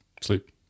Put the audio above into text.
Sleep